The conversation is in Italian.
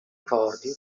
corti